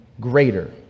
greater